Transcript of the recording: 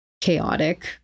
chaotic